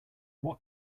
what